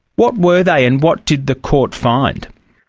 what were they and what did the court find?